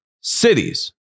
Cities